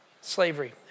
Slavery